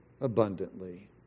abundantly